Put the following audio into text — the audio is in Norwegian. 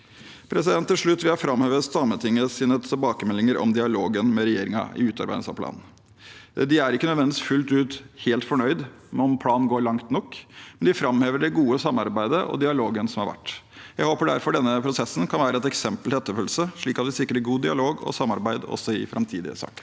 diskriminering. Til slutt vil jeg framheve Sametingets tilbakemeldinger om dialogen med regjeringen i utarbeidelse av planen. De er ikke nødvendigvis fullt ut helt fornøyd med tanke på om planen går langt nok, men de framhever det gode samarbeidet og dialogen som har vært. Jeg håper derfor denne prosessen kan være et eksempel til etterfølgelse, slik at vi sikrer god dialog og samarbeid også i framtidige saker.